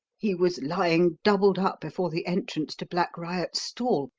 he was lying doubled up before the entrance to black riot's stall,